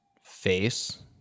face